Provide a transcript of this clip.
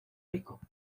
rico